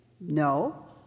No